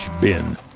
bin